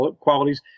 qualities